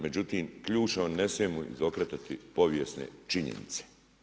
Međutim, ključno, mi ne smijemo izokretati povijesne činjenice.